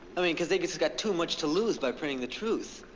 i mean, cause they've just got too much to lose by printing the truth,